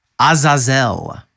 Azazel